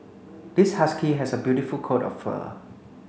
this husky has a beautiful coat of fur